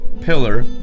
pillar